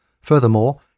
Furthermore